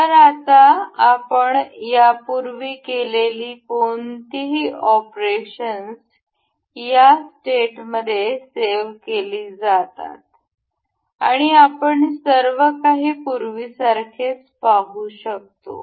तर आता आपण यापूर्वी केलेली कोणतीही ऑपरेशन्स त्या स्टेटमध्ये सेव्ह केली जातात आणि आपण सर्व काही पूर्वीसारखेच पाहू शकतो